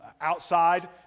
outside